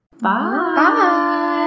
Bye